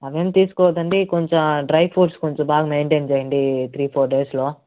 అవేం తీసుకోద్దండి కొంచెం డ్రై ఫ్రూట్స్ కొంచెం బాగా మెయిన్టెయిన్ చెయ్యండి ఈ త్రీ ఫోర్ డేస్లో